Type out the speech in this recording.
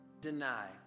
deny